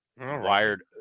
wired